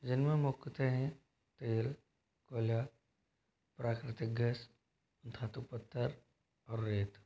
जिनमें मुख्यतः हैं तेल कोयला प्राकृतिक गैस धातु पत्थर और रेत